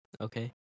Okay